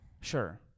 Sure